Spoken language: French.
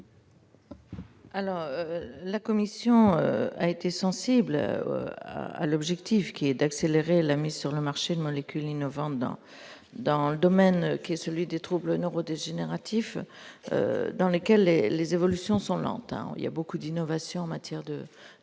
la Commission a été sensible à l'objectif qui est d'accélérer la mise sur le marché une molécule innovante dans dans le domaine qui est celui des troubles neuro-dégénératif dans lesquels les les évolutions sont lentes à en il y a beaucoup d'innovations en matière de donc